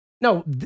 No